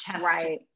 right